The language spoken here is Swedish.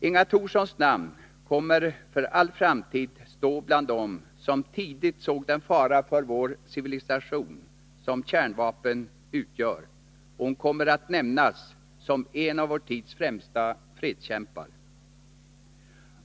Inga Thorsson kommer med sitt namn att för all framtid stå bland dem som tidigt såg den fara för vår civilisation som kärnvapnen utgör, och hon kommer att nämnas som en av vår tids främsta fredskämpar.